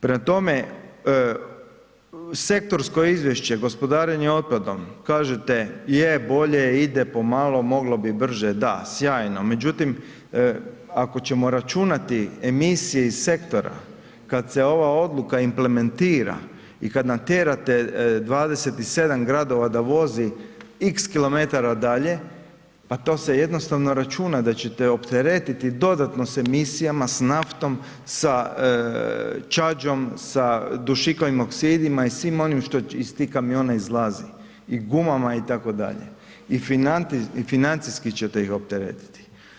Prema tome, sektorsko izvješće gospodarenje otpadom, kažete je bolje je ide po malo, moglo bi brže, da sjajno, međutim ako ćemo računati emisije iz sektora kad se ova odluka implementira i kad natjerate 27 gradova da vozi x kilometara dalje, pa to se jednostavno računa da ćete opteretiti dodatno s emisijama, s naftom, sa čađom, sa dušikovim oksidima i svim onim što iz tih kamiona izlazi i gumama itd., i financijski ćete ih opteretiti.